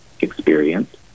experience